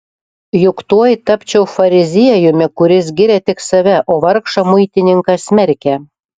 juk tuoj tapčiau fariziejumi kuris giria tik save o vargšą muitininką smerkia